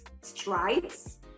strides